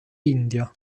india